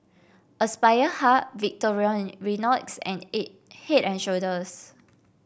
Aspire Hub and aid Head And Shoulders